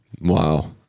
Wow